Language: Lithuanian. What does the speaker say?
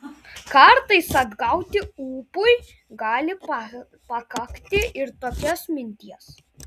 kartais atgauti ūpui gali pakakti ir tokios minties